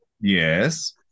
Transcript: Yes